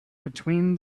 between